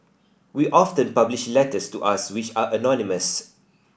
we often publish letters to us which are anonymous